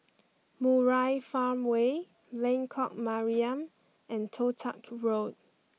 Murai Farmway Lengkok Mariam and Toh Tuck Road